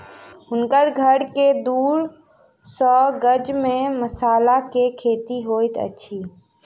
हुनकर घर के दू सौ गज में मसाला के खेती होइत अछि